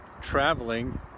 traveling